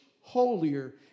holier